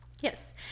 Yes